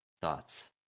Thoughts